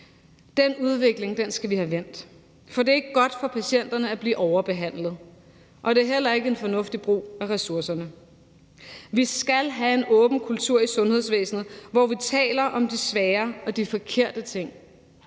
Den udvikling skal vi have vendt, for det er ikke godt for patienterne at bliver overbehandlet, og det er heller ikke en fornuftig brug af ressourcerne. Vi skal have en åben kultur i sundhedsvæsenet, hvor vi taler om de svære og de forkerte ting.